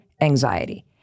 anxiety